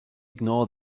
ignore